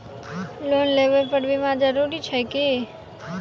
Loan लेबऽ पर बीमा जरूरी छैक की?